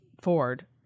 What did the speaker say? Ford